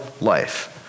life